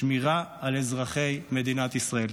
מטרתה היא שמירה על אזרחי מדינת ישראל.